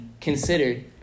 considered